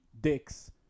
dicks